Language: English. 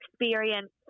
experience